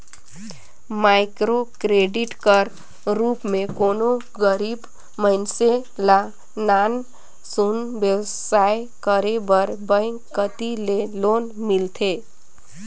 micro credit कर रूप में कोनो गरीब मइनसे ल नान सुन बेवसाय करे बर बेंक कती ले लोन मिलथे